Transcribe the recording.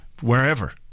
wherever